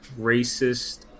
racist